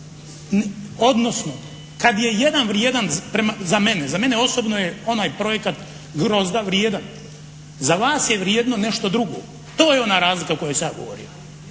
odnosno kad je jedan vrijedan za mene, za mene osobno je onaj projekat …/Govornik se ne razumije./… vrijedan. Za vas je vrijedno nešto drugo. To je ona razlika o kojoj sam ja govorio.